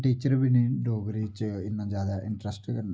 teacher बी नेईं डोगरी च इना ज्यादा इंटरेस्ट बी नी